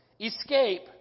escape